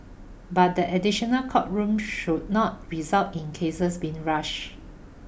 but the additional court room should not result in cases being rushed